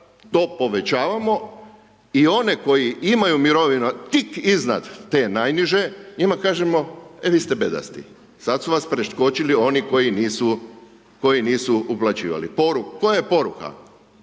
to povećavamo i one koji imaju mirovinu tik iznad te najniže, njima kažemo e vi ste bedasti, sada su vas preskočili oni koji nisu uplaćivali. Koja je poruka?